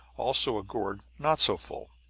also a gourd not so full.